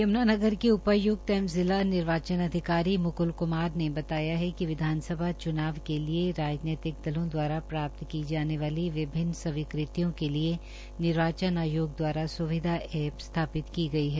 यमुनानगर के उपायुक्त एवं जिला निर्वाचन अधिकारी मुकुल कुमार ने बताया कि विधानसभा चुनाव के लिए राजनैतिक दलों द्वारा प्राप्त की जाने वाली विभिन्न स्वीकृतियों के लिए निर्वाचन आयोग द्वारा सुविधा ऐप स्थापित की गई है